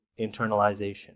internalization